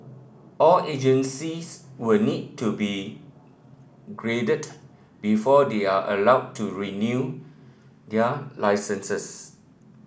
all agencies will need to be graded before they are allowed to renew their licences